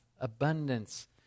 abundance